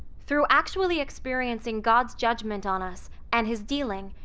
through actually experiencing god's judgment on us and his dealing,